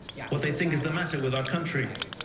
yeah what they think is the matter with our country.